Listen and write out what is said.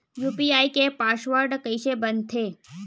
UPI के password कइसे बनाथे?